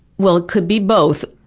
well, it could be both.